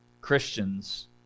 Christians